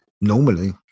normally